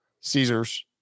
Caesars